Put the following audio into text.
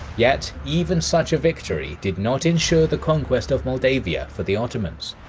yet, even such a victory did not ensure the conquest of moldavia for the ottomans.